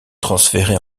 transférés